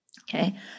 okay